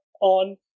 on